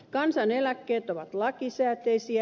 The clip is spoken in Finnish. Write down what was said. kansaneläkkeet ovat lakisääteisiä